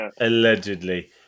allegedly